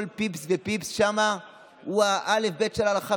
פיפס ופיפס שם הוא האלף-בית של ההלכה,